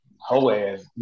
Ho-ass